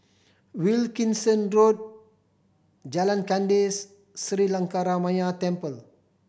Wilkinson Road Jalan Kandis Sri Lankaramaya Temple